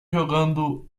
jogando